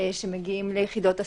שמגיעים ליחידות הסיוע.